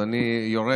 אז אני יורד,